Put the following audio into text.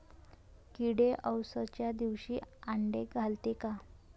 किडे अवसच्या दिवशी आंडे घालते का?